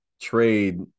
trade